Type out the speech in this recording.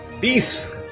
Peace